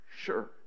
Sure